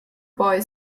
boy